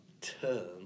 term